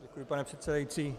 Děkuji, pane předsedající.